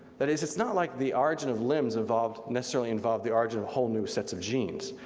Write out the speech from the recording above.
that is it's not like the origin of limbs involved, necessarily involved the origin of whole new sets of genes,